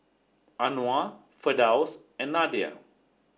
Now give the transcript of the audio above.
Anuar Firdaus and Nadia